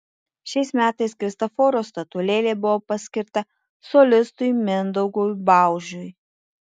šiais metais kristoforo statulėlė buvo paskirta solistui mindaugui baužiui